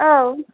औ